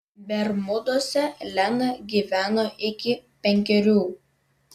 bermuduose lena gyveno iki penkerių